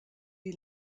die